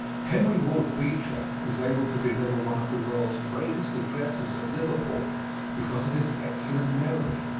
henry ward beecher was able to deliver one of the world's greatest addresses at liverpool because of his excellent memory.